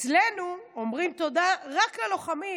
אצלנו אומרים תודה רק ללוחמים,